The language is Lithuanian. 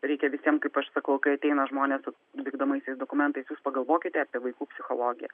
reikia visiems kaip aš sakau kai ateina žmonės su vykdomaisiais dokumentais jūs pagalvokite apie vaikų psichologiją